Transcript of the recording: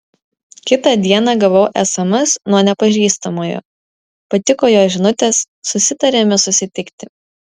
kitą dieną gavau sms nuo nepažįstamojo patiko jo žinutės susitarėme susitikti